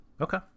Okay